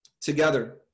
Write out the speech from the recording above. together